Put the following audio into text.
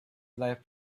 life